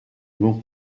mon